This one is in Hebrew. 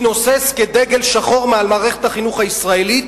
מתנוסס כדגל שחור מעל מערכת החינוך הישראלית